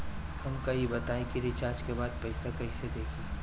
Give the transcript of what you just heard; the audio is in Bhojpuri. हमका ई बताई कि रिचार्ज के बाद पइसा कईसे देखी?